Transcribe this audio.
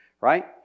right